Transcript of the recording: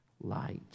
light